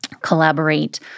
collaborate